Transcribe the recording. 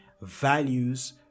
values